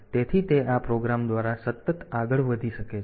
તેથી તે આ પ્રોગ્રામ દ્વારા સતત આગળ વધી શકે છે